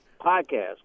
podcast